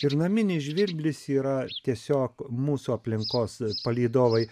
ir naminis žvirblis yra tiesiog mūsų aplinkos palydovai